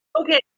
Okay